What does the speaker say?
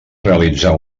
realitzar